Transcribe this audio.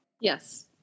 Yes